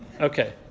okay